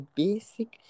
basic